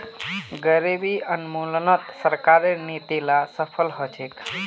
गरीबी उन्मूलनत सरकारेर नीती ला सफल ह छेक